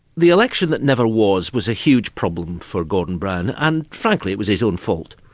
the election that never was was a huge problem for gordon brown and, frankly, it was his own fault.